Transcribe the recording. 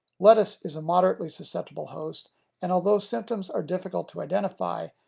lettuce is a moderately-susceptible host and although symptoms are difficult to identify,